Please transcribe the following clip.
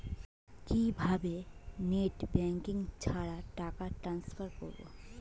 কিভাবে net banking ছাড়া টাকা টান্সফার করব?